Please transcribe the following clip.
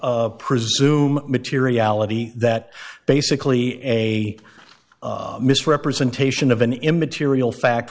presume materiality that basically a misrepresentation of an immaterial fact